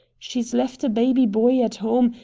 she's left a baby boy at home,